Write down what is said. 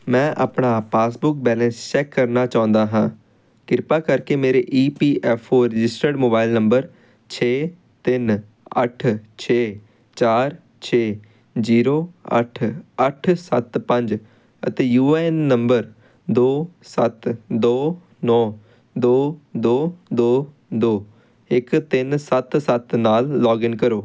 ਮੈਂ ਆਪਣਾ passbook balance check ਕਰਨਾ ਚਾਹੁੰਦਾ ਹਾਂ ਕਿਰਪਾ ਕਰਕੇ ਮੇਰੇ E P F O registered mobile number ਛੇ ਤਿੰਨ ਅੱਠ ਛੇ ਚਾਰ ਛੇ ਜੀਰੋ ਅੱਠ ਅੱਠ ਸੱਤ ਪੰਜ ਅਤੇ ਯੂ ਏ ਐੱਨ ਨੰਬਰ ਦੋ ਸੱਤ ਦੋ ਨੌਂ ਦੋ ਦੋ ਦੋ ਦੋ ਇੱਕ ਤਿੰਨ ਸੱਤ ਸੱਤ ਨਾਲ ਲੌਗਇਨ ਕਰੋ